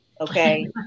okay